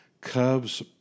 Cubs